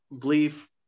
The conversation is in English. belief